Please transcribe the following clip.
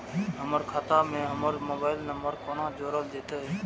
हमर खाता मे हमर मोबाइल नम्बर कोना जोरल जेतै?